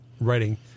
writing